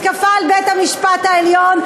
מתקפה על בית-המשפט העליון,